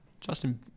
Justin